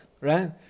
Right